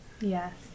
Yes